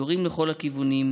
יורים לכל הכיוונים.